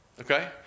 okay